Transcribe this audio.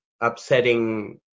upsetting